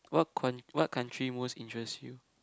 what coun~ what country most interest you